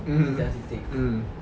mmhmm mm